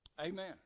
Amen